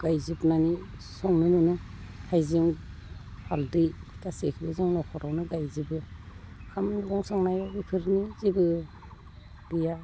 गायजोबनानै संनो मोनो हाइजें हालदै गासैखोबो जों न'खरावनो गायजोबो ओंखाम संनायाव बेफोरनि जेबो गैया